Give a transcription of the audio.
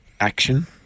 action